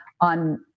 on